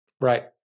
Right